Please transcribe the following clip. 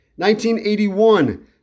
1981